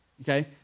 okay